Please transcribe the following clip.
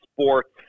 sports